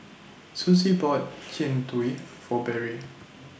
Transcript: Sussie bought Jian Dui For Berry